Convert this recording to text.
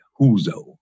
Huzo